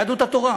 יהדות התורה.